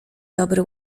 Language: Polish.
dobry